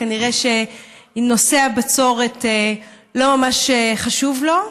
כנראה שנושא הבצורת זה לא מה שחשוב לו.